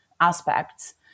aspects